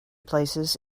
places